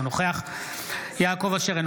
אינו